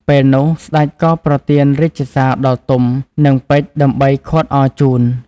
ពេលនោះសេ្តចក៏ប្រទានរាជសារដល់ទុំ និងពេជ្រដើម្បីឃាត់អរជូន។